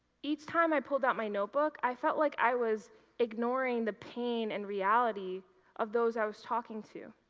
each time i pulled out my notebook i felt like i was ignoring the pain and reality of those i was talking to.